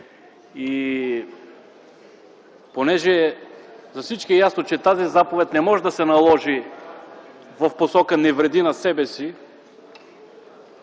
И понеже за всички е ясно, че тази заповед не може да се наложи в посока „не вреди на себе си”,